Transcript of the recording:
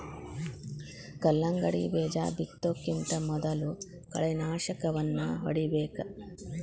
ಕಲ್ಲಂಗಡಿ ಬೇಜಾ ಬಿತ್ತುಕಿಂತ ಮೊದಲು ಕಳೆನಾಶಕವನ್ನಾ ಹೊಡಿಬೇಕ